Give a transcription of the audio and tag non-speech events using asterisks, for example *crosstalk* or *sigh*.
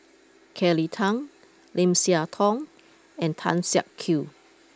*noise* Kelly Tang Lim Siah Tong and Tan Siak Kew